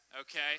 okay